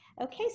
Okay